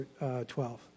12